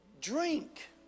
drink